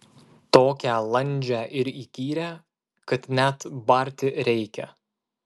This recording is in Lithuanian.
tokią landžią ir įkyrią kad net barti reikia